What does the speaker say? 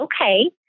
Okay